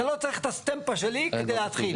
אתה לא צריך את הסטמפה שלי כדי להתחיל.